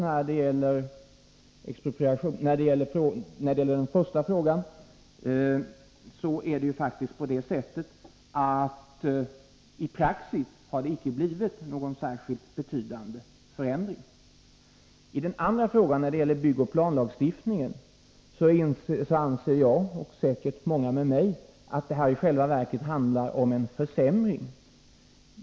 När det gäller den första frågan, om expropriationslagen, har det faktiskt icke blivit någon särskilt betydande förändring i praxis. I den andra frågan, som gäller byggoch planlagstiftningen, anser jag och säkerligen många med mig att det här i själva verket handlar om en försämring.